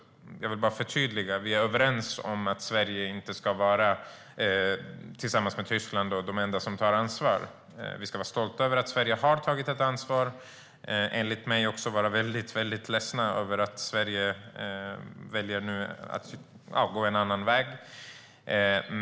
Jag vill förtydliga att vi är överens om att Sverige tillsammans med Tyskland inte ska vara de enda som tar ansvar. Vi ska vara stolta över att Sverige har tagit ett ansvar. Men enligt mig ska vi också vara väldigt ledsna över att Sverige nu väljer att gå en annan väg.